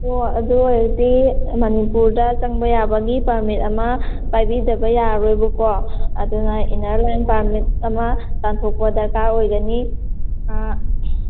ꯑꯣ ꯑꯗꯨ ꯑꯣꯏꯔꯗꯤ ꯃꯅꯤꯄꯨꯔꯗ ꯆꯪꯕ ꯌꯥꯕꯒꯤ ꯄꯥꯔꯃꯤꯠ ꯑꯃ ꯄꯥꯏꯕꯤꯗꯕ ꯌꯥꯔꯣꯏꯕꯀꯣ ꯑꯗꯨꯅ ꯏꯟꯅꯔ ꯂꯥꯏꯟ ꯄꯥꯔꯃꯤꯠ ꯑꯃ ꯇꯥꯟꯊꯣꯛꯄ ꯗꯔꯀꯥꯔ ꯑꯣꯏꯒꯅꯤ ꯑꯥ